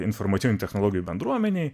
informacinių technologijų bendruomenėje